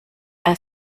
are